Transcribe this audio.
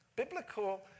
Biblical